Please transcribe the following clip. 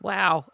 Wow